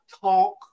talk